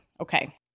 Okay